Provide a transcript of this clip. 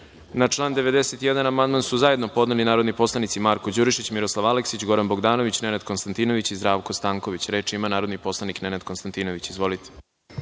član 91. amandman su zajedno podneli narodni poslanici Marko Đurišić, Miroslav Aleksić, Goran Bogdanović, Nenad Konstantinović i Zdravko Stanković. Reč ima narodni poslanik Nenad Konstantinović. **Nenad